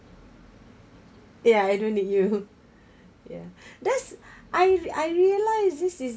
ya I don't need you yeah that's I I realised this is